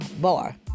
Bar